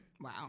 Wow